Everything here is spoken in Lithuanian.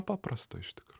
paprasto iš tikro